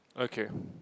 okay